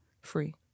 Free